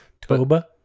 Toba